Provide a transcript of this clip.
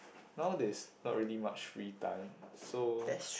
now there's not really much free time so